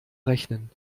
rechnen